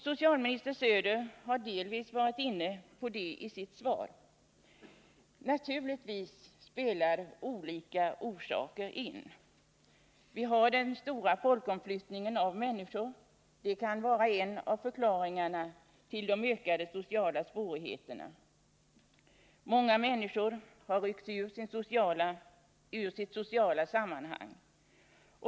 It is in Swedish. Socialminister Söder har delvis varit inne på detta i sitt svar. Naturligtvis spelar olika orsaker in. Vi har Om åtgärder mot den stora omflyttningen av människor — den kan vara en av förklaringarna till — missbruk av alkode ökade sociala svårigheterna. Många människor har ryckts ur sitt sociala hoj sammanhang.